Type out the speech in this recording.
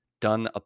done